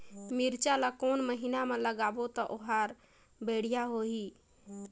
मिरचा ला कोन महीना मा लगाबो ता ओहार बेडिया होही?